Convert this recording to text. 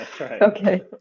Okay